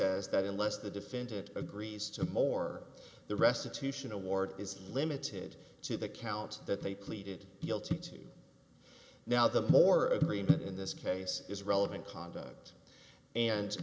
says that unless the defendant agrees to more the restitution award is limited to the count that they pleaded guilty to now the more agreement in this case is relevant conduct and